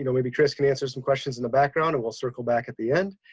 you know maybe chris can answer some questions in the background and we'll circle back at the end.